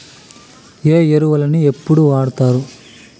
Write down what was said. ఏ ఎరువులని ఎప్పుడు వాడుతారు?